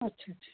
अच्छा अच्छा